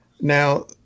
Now